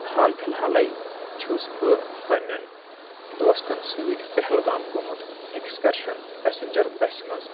حال فی الحالٕے چھُس بہٕ پننٮ۪ن دوستن سۭتۍ پہلگام گوٚمُت اٮ۪کٕسکرشن پیسنجر بسہِ منٛز